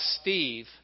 Steve